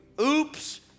Oops